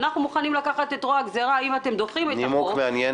אנחנו מוכנים לקחת את רוע הגזירה אם אתם דוחים את ה --- נימוק מעניין.